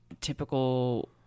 typical